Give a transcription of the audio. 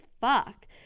fuck